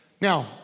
Now